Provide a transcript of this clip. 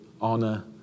honor